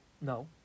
No